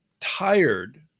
tired